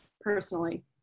personally